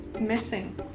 missing